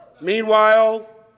Meanwhile